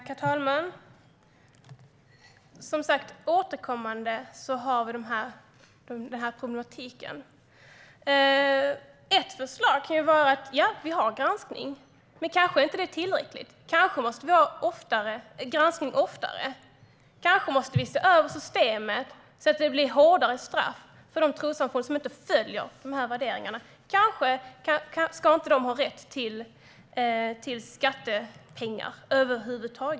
Herr talman! Vi ser återkommande problemen. Ett förslag är en granskning. Men det är kanske inte tillräckligt. Kanske måste granskningen ske oftare. Kanske måste vi se över systemen så att det blir hårdare straff för de trossamfund som inte följer värderingarna. Kanske ska de inte ha rätt till skattepengar över huvud taget.